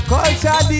Culture